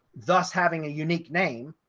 thus having a unique name,